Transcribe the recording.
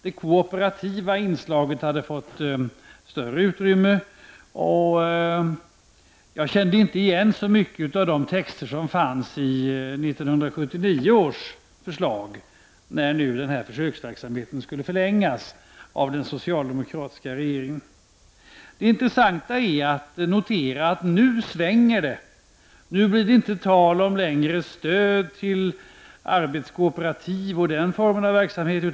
Det kooperativa inslaget hade fått ett större utrymme, och jag kände inte igen så mycket av det som fanns i 1979 års förslag, när nu den här försöksverksamheten skulle förlängas av den socialdemokratiska regeringen. Det är intressant att notera att inställningen nu svänger. Nu är det inte längre tal om stöd till arbetskooperativ och den formen av verksamhet.